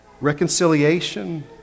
reconciliation